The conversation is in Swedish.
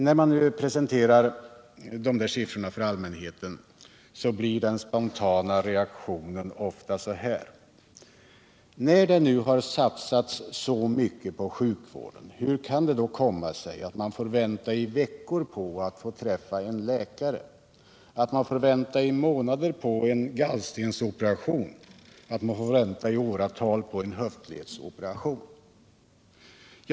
När man nu presenterar de här siffrorna för allmänheten blir den spontana reaktionen ofta så här: När det nu har satsats så mycket på sjukvården hur kan det då komma sig att man får vänta i veckor på att få träffa en läkare, att man får vänta i månader på en gallstensoperation, att man får vänta i åratal på en höftledsoperation?